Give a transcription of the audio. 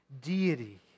deity